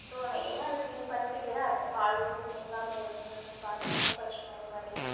so நான் ஏன்னா அதை க்ளீன் பண்ணிக்கிட்டே தான் இருக்கோம் பால் கீல் பொங்காமல் இருக்கணும் பார்த்துக்கறதும் கஷ்டம் அதே மாதிரி